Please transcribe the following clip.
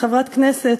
כחברת הכנסת,